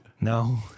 No